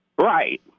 Right